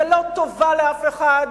זה לא טובה לאף אחד.